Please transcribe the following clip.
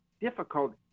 difficult